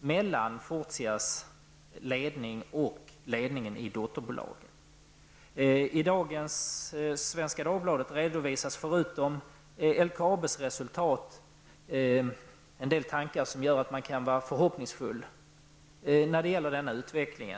det gäller Fortias ledning å ena sidan och ledningen i dotterbolagen å andra sidan. I Svenska Dagbladet i dag redovisas LKABs resultat och även en del tankar som inger förhoppningar när det gäller denna utveckling.